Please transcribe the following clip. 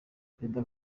perezida